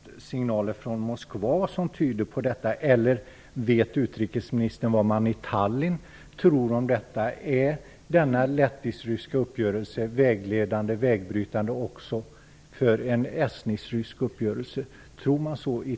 Fru talman! Det är alltså den lettisk--ryska uppgörelsen som gör att utrikesministern är ganska optimistisk om en estnisk--rysk uppgörelse. Den skulle alltså kunna vara vägledande även när det gäller förhandlingarna mellan ester och ryssar. Har utrikesministern fått några signaler från Moskva som tyder på detta, eller vet utrikesministern vad man tror om detta i Tallinn? Är denna lettisk--ryska uppgörelse vägledande även för en estnisk--rysk uppgörelse?